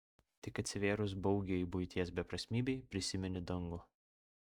tik atsivėrus baugiajai buities beprasmybei prisimeni dangų